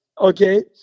Okay